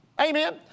Amen